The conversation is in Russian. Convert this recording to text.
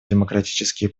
демократические